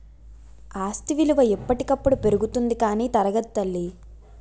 ఆస్తి విలువ ఎప్పటికప్పుడు పెరుగుతుంది కానీ తరగదు తల్లీ